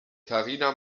karina